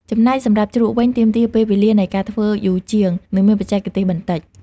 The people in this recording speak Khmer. ចំំណែកសម្រាប់ជ្រក់វិញ ទាមទារពេលវេលានៃការធ្វើយូរជាង និងមានបច្ចេកទេសបន្តិច។